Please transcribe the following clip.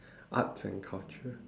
arts and culture